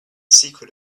secret